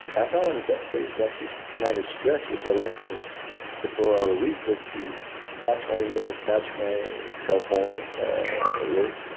i found one of the best ways to actually manage stress, which i learned from the four hour week, was to batch my emails, batch my cell phone work,